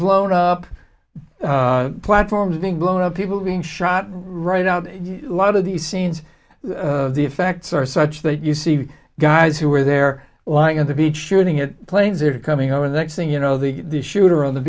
blown up platforms being blown up people being shot right out lot of these scenes of the effects are such that you see the guys who were there lying on the beach shooting at planes or coming over the next thing you know the shooter on the